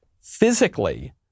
physically